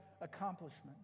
accomplishment